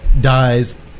dies